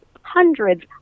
Hundreds